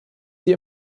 sie